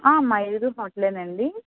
మయూరి హోటలేనా అండి